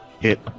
Hit